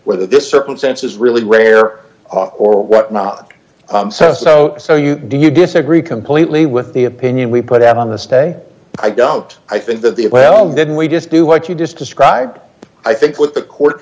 whether this circumstance is really rare or what not so so so you do you disagree completely with the i'm opinion we put out on this day i don't i think that the it well then we just do what you just described i think what the court